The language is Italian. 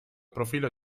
profilo